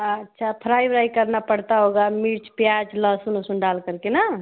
अच्छा फ्राई व्राई करना पड़ता होगा मिर्च प्याज़ लहसून उसून डालकर के ना